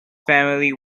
family